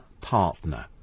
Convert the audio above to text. partner